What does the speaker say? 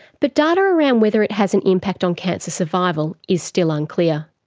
but data around whether it has an impact on cancer survival is still unclear.